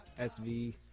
SV